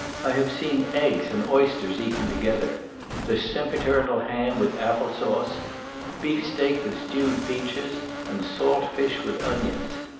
i have seen eggs and oysters eaten together the sempiternal ham with apple-sauce beefsteak with stewed peaches and salt fish with onions.